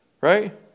right